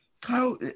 Kyle